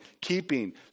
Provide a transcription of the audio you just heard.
keeping